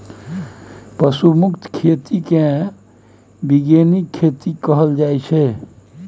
पशु मुक्त खेती केँ बीगेनिक खेती कहल जाइ छै